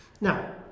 now